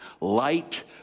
Light